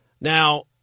Now